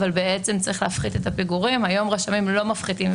אבל צריך להפחית את הפיגורים היום רשמים לא מפחיתים,